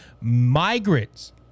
migrants